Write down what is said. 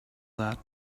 that